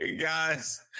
Guys